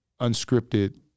unscripted